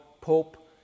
Pope